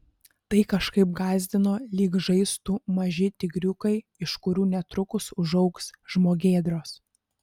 tai kažkaip gąsdino lyg žaistų maži tigriukai iš kurių netrukus užaugs žmogėdros